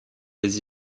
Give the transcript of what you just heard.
des